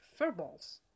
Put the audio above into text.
furballs